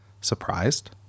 surprised